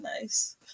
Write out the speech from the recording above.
nice